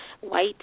white